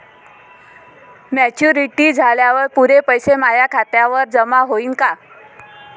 Maturity झाल्यावर पुरे पैसे माया खात्यावर जमा होईन का?